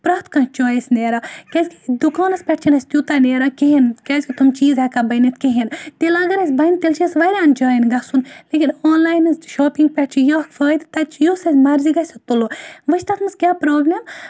پرٮ۪تھ کانٛہہ چۄیِس نیران کیازِ کہِ دُکانَس پٮ۪ٹھ چھِنہٕ اَسہِ تیوتاہ نیران کِہیٖنۍ کیازِ کہِ تُم چیز ہیٚکان بٔنِتھ کِہیٖنۍ تیٚلہِ اگر اَسہِ بَنہِ تیلہِ چھِ اَسہِ واریاہَن جایَن گَژھُن لیکِن آن لایِن ہِنٛز شاپِنگ پٮ۪ٹھ چھُ یہِ اَکھ فٲیدٕ یُس اَسہِ مَرضی گَژھہِ سُہ تُلو وۄنۍ چھِ تَتھ مَنٛز کیاہ پرابلٕم